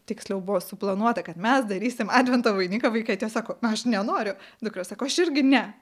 tiksliau buvo suplanuota kad mes darysim advento vainiką vaikai tie sako aš nenoriu dukros sako aš irgi ne